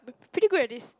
pretty good in this